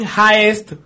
highest